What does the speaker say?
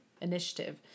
initiative